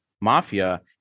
mafia